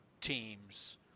teams